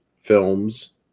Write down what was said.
films